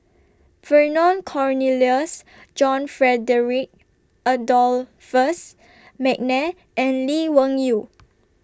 Vernon Cornelius John Frederick Adolphus Mcnair and Lee Wung Yew